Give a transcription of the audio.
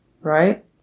right